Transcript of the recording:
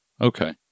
Okay